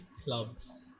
clubs